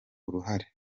uruhare